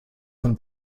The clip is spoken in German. von